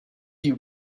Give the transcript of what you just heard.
you